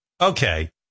okay